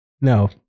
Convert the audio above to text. No